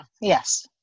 yes